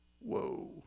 Whoa